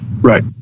Right